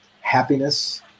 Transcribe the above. happiness